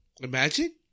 Imagine